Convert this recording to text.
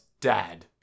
dad